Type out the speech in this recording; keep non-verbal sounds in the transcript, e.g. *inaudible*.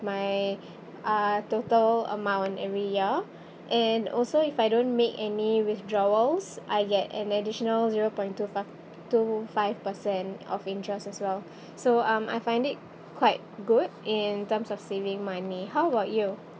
my uh total amount every year and also if I don't make any withdrawals I get an additional zero point two fi~ two five per cent of interest as well *breath* so um I find it quite good in terms of saving money how about you